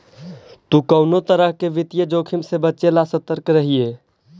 तु कउनो तरह के वित्तीय जोखिम से बचे ला सतर्क रहिये